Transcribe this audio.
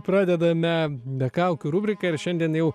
pradedame be kaukių rubriką ir šiandien jaua